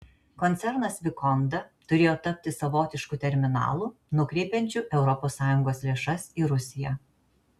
koncernas vikonda turėjo tapti savotišku terminalu nukreipiančiu europos sąjungos lėšas į rusiją